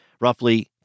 roughly